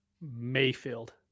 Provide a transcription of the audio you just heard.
Mayfield